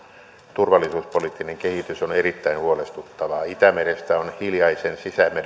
turvallisuuspoliittinen kehitys on erittäin huolestuttavaa itämerestä on hiljaisen